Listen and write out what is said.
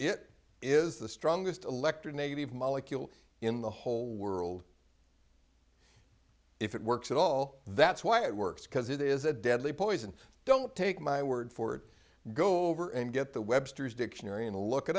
it is the strongest elector native molecule in the whole world if it works at all that's why it works because it is a deadly poison don't take my word for it go over and get the webster's dictionary and look it